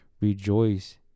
rejoice